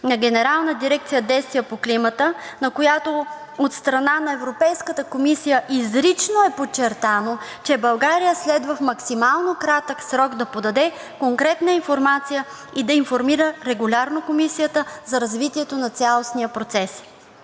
на Генерална дирекция „Действия по климата“, на която от страна на Европейската комисия изрично е подчертано, че България следва в максимално кратък срок да подаде конкретна информация и да информира регулярно Комисията за развитието на цялостния процес.